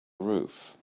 roof